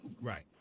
Right